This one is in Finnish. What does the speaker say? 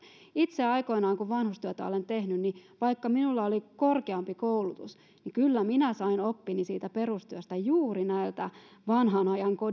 itse aikoinaan vanhustyötä olen tehnyt niin vaikka minulla oli korkeampi koulutus niin kyllä minä sain oppini siitä perustyöstä juuri näiltä vanhanajan